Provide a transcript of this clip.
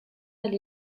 elle